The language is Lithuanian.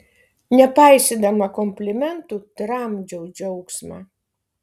nepaisydama komplimentų tramdžiau džiaugsmą